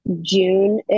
June